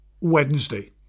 Wednesday